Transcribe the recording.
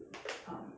um